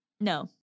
No